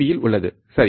பியில் உள்ளது சரி